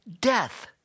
death